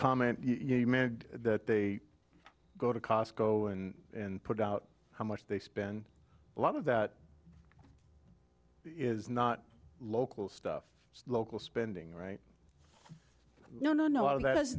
comment you made that they go to costco and and put out how much they spend a lot of that is not local stuff local spending right no no no i mean that is